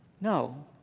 No